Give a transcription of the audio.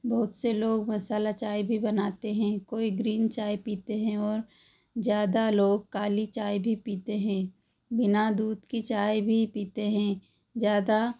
बहुत से लोग मसाला चाय भी बनाते हैं कोई ग्रीन चाय पीते हैं और ज़्यादा लोग काली चाय भी पीते हैं बिना दूध की चाय भी पीते हैं ज़्यादा